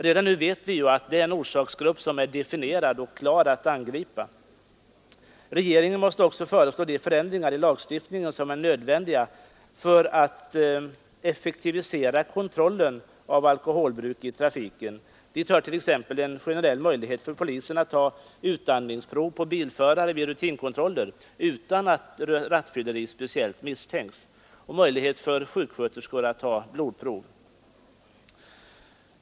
Redan nu vet vi att det är en orsaksgrupp som är definierad och klar att angripa. Regeringen måste också föreslå de förändringar i lagstiftningen som är nödvändiga för att effektivisera kontrollen av alkoholbruk i trafiken. Dit hör t.ex. en generell möjlighet för polisen att ta utandningsprov på bilförare vid rutinkontroller utan att rattfylleri speciellt misstänks, och möjlighet för sjuksköterskor att ta blodprov.